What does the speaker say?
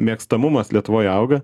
mėgstamumas lietuvoje auga